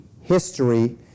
history